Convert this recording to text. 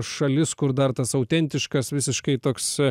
šalis kur dar tas autentiškas visiškai toks